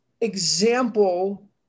example